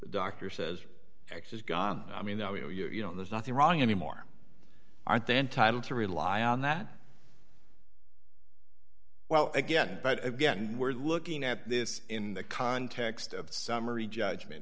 the doctor says x is gone i mean that we know you know there's nothing wrong anymore aren't they entitled to rely on that well again but again we're looking at this in the context of summary judgment